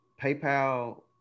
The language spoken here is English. PayPal